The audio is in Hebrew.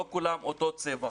לא כולם אותו צבע,